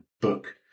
book